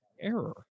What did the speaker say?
error